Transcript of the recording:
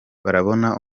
barabona